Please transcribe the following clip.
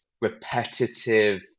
repetitive